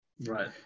Right